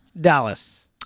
Dallas